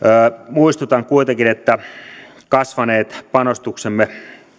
muistutan kuitenkin että kasvaneet panostuksemme